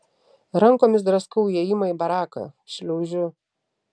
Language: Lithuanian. rankomis draskau įėjimą į baraką šliaužiu